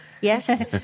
Yes